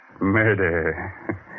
murder